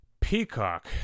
Peacock